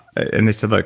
and they said like,